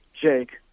Jake